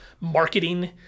marketing